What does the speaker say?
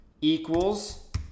equals